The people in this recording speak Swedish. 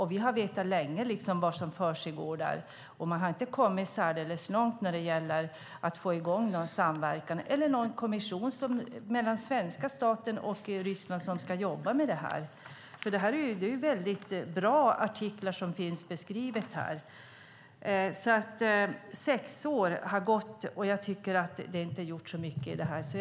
Vi har länge vetat vad som försiggår där, och man har inte kommit särdeles långt när det gäller att få i gång en samverkan eller en kommission mellan svenska staten och Ryssland som ska arbeta med dessa frågor. Avtalet innehåller bra artiklar. Sex år har gått, och det har inte skett så mycket i frågorna.